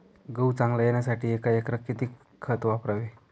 गहू चांगला येण्यासाठी एका एकरात किती खत वापरावे?